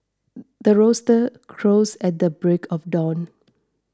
the rooster crows at the break of dawn